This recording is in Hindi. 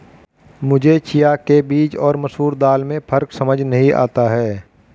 मुझे चिया के बीज और मसूर दाल में फ़र्क समझ नही आता है